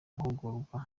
mahugurwa